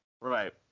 Right